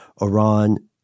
Iran